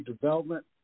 development